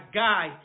guy